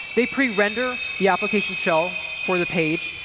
they prerender the application shell for the page.